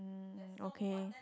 um okay